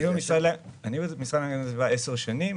אני במשרד להגנת הסביבה עשר שנים.